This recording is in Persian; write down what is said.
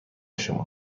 شما